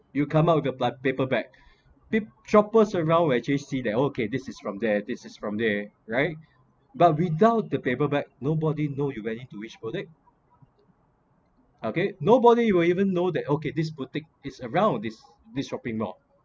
you come up with your pla~ paper bag peo~ shoppers around will actually see that okay this is from there this is from there right but without the paper bag nobody know you went into which boutiques okay nobody will even know that okay this boutique is around this this shopping mall